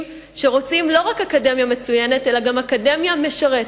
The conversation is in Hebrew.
שרוצים לא רק אקדמיה מצוינת אלא גם אקדמיה משרתת,